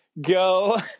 Go